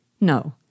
no